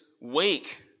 wake